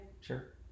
sure